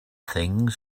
things